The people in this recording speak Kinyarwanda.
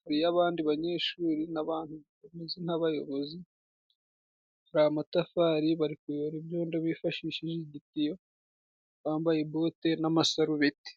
hariyo abandi banyeshuri n'abantu bameze nk'abayobozi, hari amatafari bari kuyora ibyodo bifashishije igitiyo, bambaye bote n'amasarubeti.